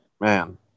man